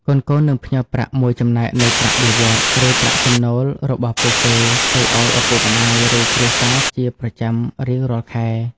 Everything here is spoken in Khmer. កូនៗនឹងផ្ញើប្រាក់មួយចំណែកនៃប្រាក់បៀវត្សរ៍ ឬប្រាក់ចំណូលរបស់ពួកគេទៅឱ្យឪពុកម្តាយ ឬគ្រួសារជាប្រចាំរៀងរាល់ខែ។